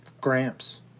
Gramps